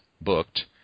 booked